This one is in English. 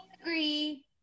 agree